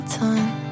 time